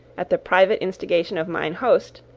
at the private instigation of mine host,